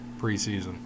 preseason